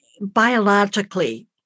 biologically